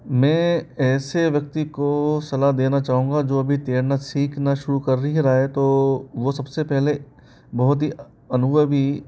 मैं ऐसे व्यक्ति को सलाह देना चाहूँगा जो अभी तैरना सीखना शुरू कर ही रहा है तो वो सबसे पहले बहुत ही अनुभवी